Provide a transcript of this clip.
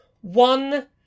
one